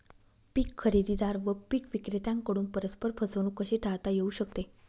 पीक खरेदीदार व पीक विक्रेत्यांकडून परस्पर फसवणूक कशी टाळता येऊ शकते?